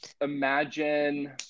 imagine